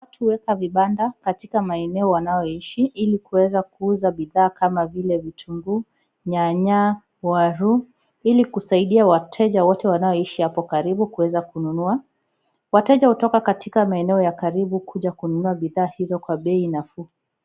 Watu huweka vibanda katika maeneo wanayoishi ili kuweza kuuza bidhaa kama vile vitunguu, nyanya, waru , ili kusaidia wateja wote wanaoishi hapo karibu kuweza kununua. Wateja hutoka katika maeneo ya karibu kuja kununua bidhaa hizo kwa bei nafuu.